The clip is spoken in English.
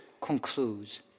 concludes